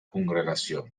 congregació